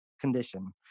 condition